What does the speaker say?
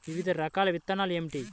వివిధ రకాల విత్తనాలు ఏమిటి?